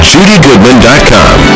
JudyGoodman.com